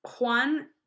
Juan